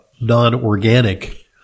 non-organic